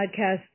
podcast